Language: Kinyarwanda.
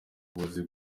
buvuzi